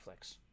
Netflix